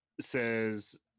says